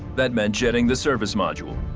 that meant jetting the service module.